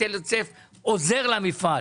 היטל ההיצף עוזר למפעל,